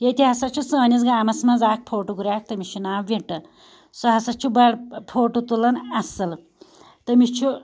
ییٚتہِ ہسا چھُ سٲنِس گامَس منٛز اکھ فوٹوگریف تٔمِس چھُ ناو وِنٹر سُہ سا چھُ بڑٕ فوٹو تُلان اَصٕل تٔمِس چھُ